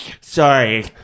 Sorry